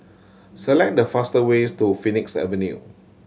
select the faster ways to Phoenix Avenue